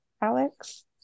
Alex